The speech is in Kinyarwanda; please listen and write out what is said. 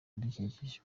ibidukikije